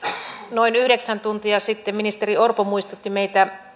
noin yhdeksän tuntia sitten ministeri orpo muistutti meitä